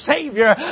Savior